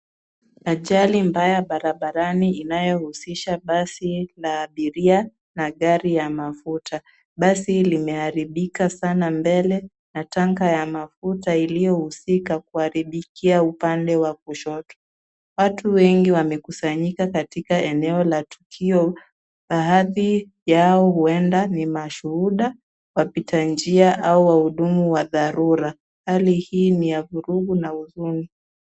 Ajali mbaya barabarani inayohusisha basi la abiria na gari ya mafuta. Basi limeharibika sana mbele, na tanka ya mafuta iliyohusika kuharibikia upande wa kushoto. Watu wengiwamekusanyika katika eneo la tukio. Baadhi yao huenda ni mashuhuda, wapita njia au wahudumu wa dharura. Hali hii ni ya vurugu na huzuni